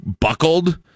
buckled